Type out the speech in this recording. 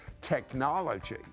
technology